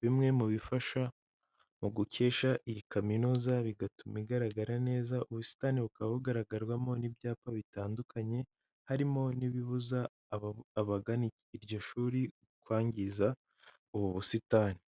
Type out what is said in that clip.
bimwe mu bifasha mu gukesha iyi kaminuza bigatuma igaragara neza, ubusitani bukaba bugaragarwamo n'ibyapa bitandukanye harimo n'ibibuza abagana iryo shuri kwangiza ubu busitani.